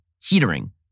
teetering